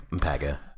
Paga